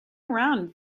around